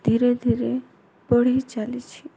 ଧୀରେ ଧୀରେ ବଢ଼ି ଚାଲିଛି